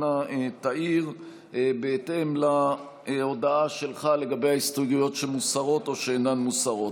אנא תעיר בהתאם להודעה שלך לגבי ההסתייגויות שמוסרות או שאינן מוסרות.